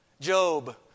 Job